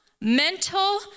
mental